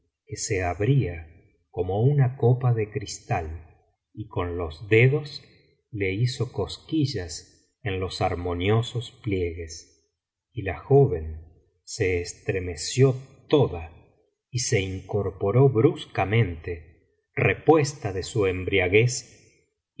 que se abría como una copa de cristal y con los dedos le hizo cosquillas en los armoniosos pliegues y la joven se estremeció toda y se incorporó bruscamente repuesta de su embriaguez y